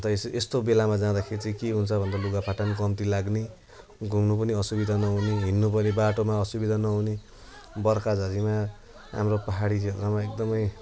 अन्त यस्तो बेलामा जाँदाखेरि के हुन्छ भन्दा लुगा फाटा पनि एकदम कम्ती लाग्ने घुम्नु पनि असुविधा नहुने हिँड्नु पऱ्यो बाटोमा असुविधा नहुने बर्खा झरीमा हाम्रो पहाडी क्षेत्रमा एकदमै